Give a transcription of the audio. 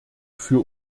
für